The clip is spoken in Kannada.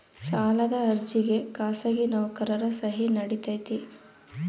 ಸಾಲದ ಅರ್ಜಿಗೆ ಖಾಸಗಿ ನೌಕರರ ಸಹಿ ನಡಿತೈತಿ?